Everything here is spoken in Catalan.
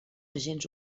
agents